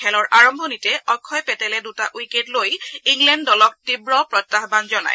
খেলৰ আৰম্ভণিতে অক্ষয় পেটেলে দুটা উইকেট লৈ ইংলেণ্ড দলক তীৱ প্ৰত্যহান জনায়